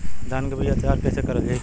धान के बीया तैयार कैसे करल जाई?